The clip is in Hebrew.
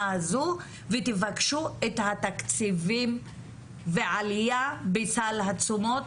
הזו ותבקשו את התקציבים ועלייה בסל התשומות,